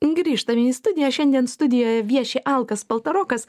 grįžtam į studiją šiandien studijoje vieši alkas paltarokas